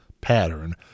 pattern